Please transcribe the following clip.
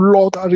Lord